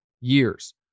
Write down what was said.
years